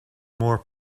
more